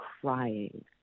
crying